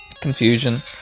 Confusion